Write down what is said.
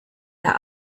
der